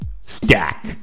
stack